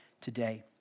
today